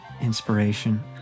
inspiration